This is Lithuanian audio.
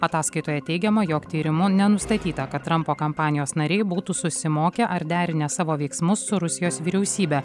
ataskaitoje teigiama jog tyrimu nenustatyta kad trampo kampanijos nariai būtų susimokę ar derinę savo veiksmus su rusijos vyriausybe